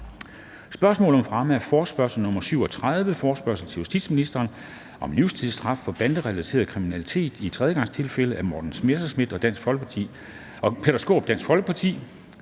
Spørgsmål om fremme af forespørgsel nr. F 37: Forespørgsel til justitsministeren om livstidsstraf for banderelateret kriminalitet i tredjegangstilfælde. Af Morten Messerschmidt (DF) og Peter Skaarup